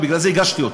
ובגלל זה הגשתי אותה.